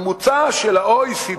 נטל המס הממוצע של ה-OECD